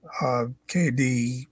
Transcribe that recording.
KD